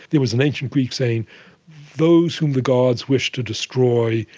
there was an ancient greek saying those whom the gods wish to destroy,